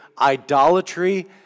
idolatry